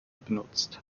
benutzt